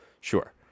Sure